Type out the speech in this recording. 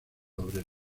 obrero